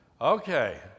Okay